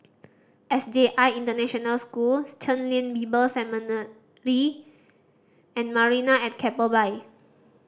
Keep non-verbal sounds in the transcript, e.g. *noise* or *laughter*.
S J I International Schools Chen Lien Bible Seminary *unintelligible* and Marina at Keppel Bay